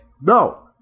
No